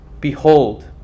Behold